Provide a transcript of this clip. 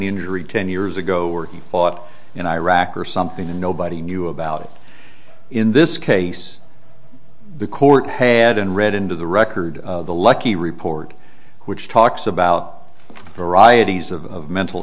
injury ten years ago or he fought in iraq or something and nobody knew about it in this case the court hadn't read into the record the lucky report which talks about varieties of mental